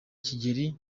kigeli